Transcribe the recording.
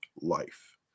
life